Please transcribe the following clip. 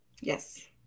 yes